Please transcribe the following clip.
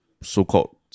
so-called